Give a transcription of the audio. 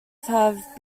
have